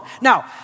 Now